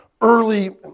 early